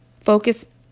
focus